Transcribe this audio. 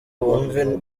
wumve